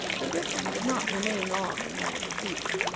the griffin did not remain long in the little field.